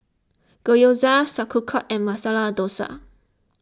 Gyoza Sauerkraut and Masala Dosa